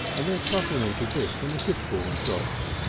and they had supplemented this from the fishbourne shops.